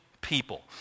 people